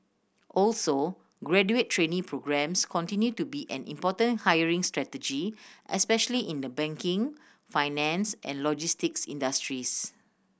also graduate trainee programmes continue to be an important hiring strategy especially in the banking finance and logistics industries